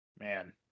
Man